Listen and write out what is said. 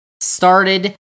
started